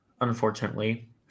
Unfortunately